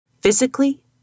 Physically